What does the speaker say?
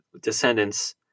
descendants